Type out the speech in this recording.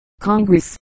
congress